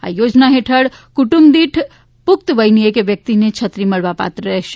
આ યોજના હેઠળ કુટુંબ દીઠ પુખ્ત વયની એક વ્યકિતને છત્રી મળવાપાત્ર રહેશે